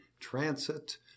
transit